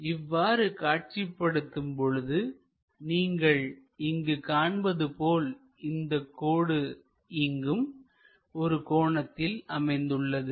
எனவே அவ்வாறு காட்சிப்படுத்தும் பொழுது நீங்கள் இங்கு காண்பது போல் இந்தக் கோடு இங்கும் ஒரு கோணத்தில் அமைந்துள்ளது